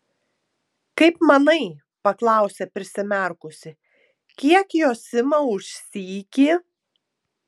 kaip manai paklausė prisimerkusi kiek jos ima už sykį